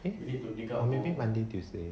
eh maybe monday tuesday